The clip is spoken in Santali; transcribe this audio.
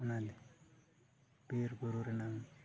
ᱚᱱᱟ ᱵᱤᱨ ᱵᱩᱨᱩ ᱨᱮᱱᱟᱝ